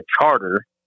charter